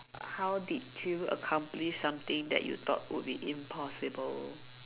how did you accomplish something that you thought would be impossible